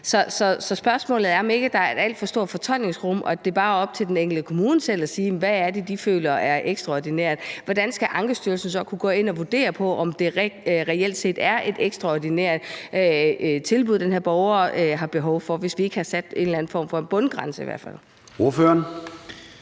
Så spørgsmålet er, om der ikke er et alt for stort fortolkningsrum, og om det bare er op til den enkelte kommune selv at sige, hvad det er, de føler, der er ekstraordinært. Hvordan skal Ankestyrelsen så kunne gå ind og vurdere, om det reelt set er et ekstraordinært tilbud, den her borger har behov for, hvis vi ikke har sat en eller anden form for bundgrænse? Kl. 13:19 Formanden